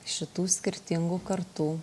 šitų skirtingų kartų